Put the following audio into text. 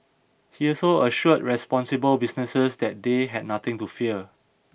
he also assured responsible businesses that they had nothing to fear